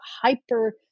hyper